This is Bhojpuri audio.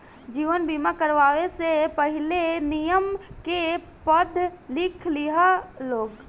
जीवन बीमा करावे से पहिले, नियम के पढ़ लिख लिह लोग